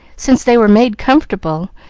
since they were made comfortable,